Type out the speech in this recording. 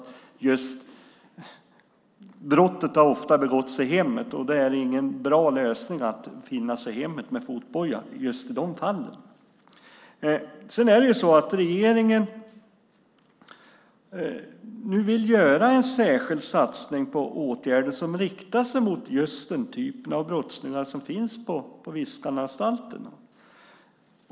Brottet har ofta begåtts i hemmet, och då är det ingen bra lösning att finnas i hemmet med fotboja. Regeringen vill nu göra en särskild satsning på åtgärder som riktar sig mot just den typ av brottslingar som finns på Viskananstalten.